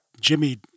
Jimmy